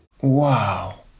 Wow